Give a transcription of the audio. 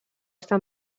està